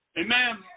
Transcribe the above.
Amen